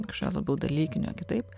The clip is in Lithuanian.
kažkokio labiau dalykinio kitaip